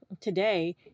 today